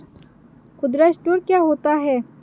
खुदरा स्टोर क्या होता है?